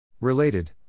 Related